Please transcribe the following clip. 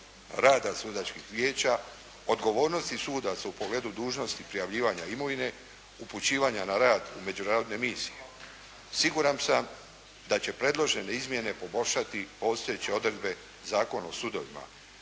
rada sudačkih vijeća, odgovornosti sudaca u pogledu dužnosti prijavljivanja imovine, upućivanje na rad u međunarodne misije, siguran sam da će predložene izmjene poboljšati postojeće odredbe Zakona o sudovima.